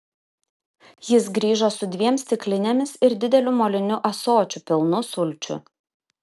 jis grįžo su dviem stiklinėmis ir dideliu moliniu ąsočiu pilnu sulčių